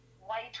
white